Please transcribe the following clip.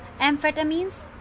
Amphetamines